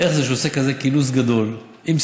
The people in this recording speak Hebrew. איך זה שהוא עושה כזה כינוס גדול עם,